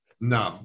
No